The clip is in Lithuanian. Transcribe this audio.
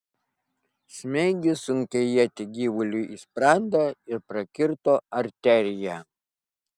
smeigė sunkią ietį gyvuliui į sprandą ir prakirto arteriją